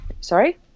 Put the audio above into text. Sorry